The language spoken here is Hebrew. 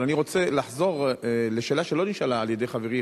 אבל אני רוצה לחזור לשאלה שלא נשאלה על-ידי חברי,